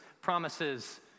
promises